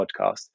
podcast